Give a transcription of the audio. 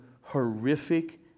horrific